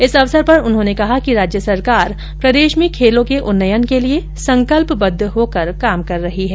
इस अवसर पर उन्होंने कहा कि राज्य सरकार प्रदेश में खेलों के उन्नयन के लिए संकल्पबद्ध होकर काम कर रही है